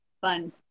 fun